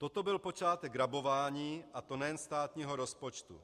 Toto byl počátek rabování, a to nejen státního rozpočtu.